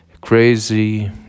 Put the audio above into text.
Crazy